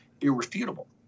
irrefutable